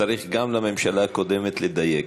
צריך גם על הממשלה הקודמת לדייק.